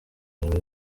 ibintu